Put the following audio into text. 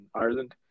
Ireland